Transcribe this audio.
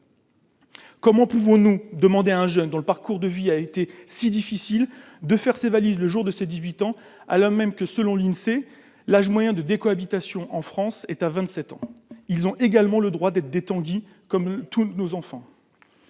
comment pouvons-nous demander un jeune dans le parcours de vie a été si difficile de faire ses valises, le jour de ses 18 ans alors même que, selon l'Insee, l'âge moyen de décohabitation en France est à 27 ans, ils ont également le droit d'être des Tanguy comme tous nos enfants,